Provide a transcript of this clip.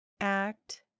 Act